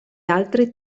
altri